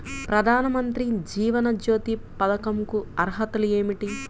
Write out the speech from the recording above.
ప్రధాన మంత్రి జీవన జ్యోతి పథకంకు అర్హతలు ఏమిటి?